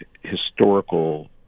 historical